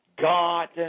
God